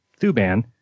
Thuban